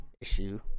issue